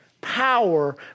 power